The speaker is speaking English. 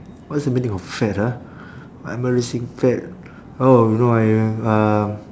what's the meaning of fad ah what embarrassing fad oh you know I uh